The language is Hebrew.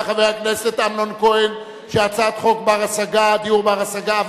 ההצעה להעביר את הצעת חוק דיור בר-השגה,